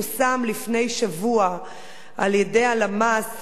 כי אם אנחנו מגיעים לדוח שפורסם לפני שבוע על-ידי הלמ"ס,